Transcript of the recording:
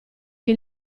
che